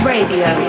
Radio